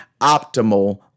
optimal